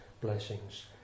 blessings